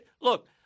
Look